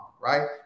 right